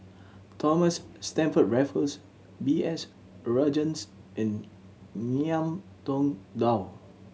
Thomas Stamford Raffles B S Rajhans and Ngiam Tong Dow